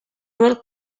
were